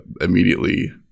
immediately